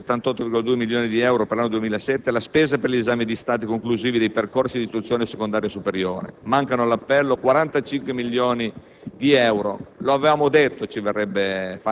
Il comma 3 fissa, infine, in 178,2 milioni di euro per l'anno 2007 la spesa per gli esami di Stato conclusivi dei percorsi di istruzione secondaria superiore. Mancano all'appello 45 milioni di euro.